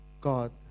God